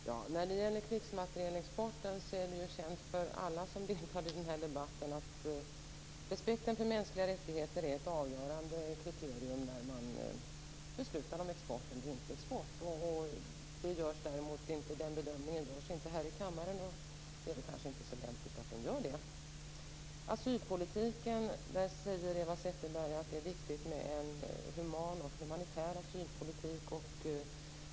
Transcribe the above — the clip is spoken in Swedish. Herr talman! När det gäller krigsmaterielexporten är det känt för alla som deltar i den här debatten att respekten för mänskliga rättigheter är ett avgörande kriterium när man beslutar om export eller inte export. Den bedömningen görs inte här i kammaren, och det kanske inte vore så lämpligt att göra det heller. I fråga om asylpolitiken säger Eva Zetterberg att det är viktigt med en human och humanitär asylpolitik.